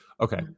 okay